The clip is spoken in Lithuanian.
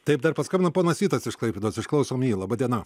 taip dar paskambino ponas vytas iš klaipėdos išklausom jį laba diena